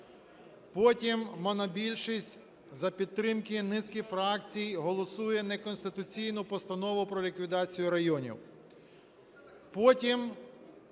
потім монобільшість за підтримки низки фракцій голосує неконституційну Постанову про ліквідацію районів,